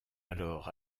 alors